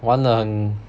玩了很